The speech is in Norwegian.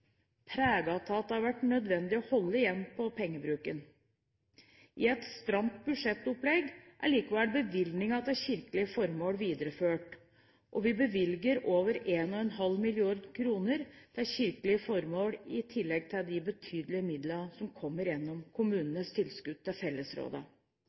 det har vært nødvendig å holde igjen på pengebruken. I et stramt budsjettopplegg er likevel bevilgningene til kirkelige formål videreført. Vi bevilger over 1,5 mrd. kr til kirkelige formål, i tillegg til de betydelige midlene som kommer gjennom